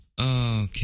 Okay